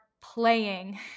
playing